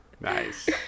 Nice